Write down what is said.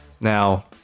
Now